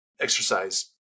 exercise